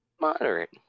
Moderate